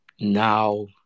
Now